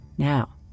Now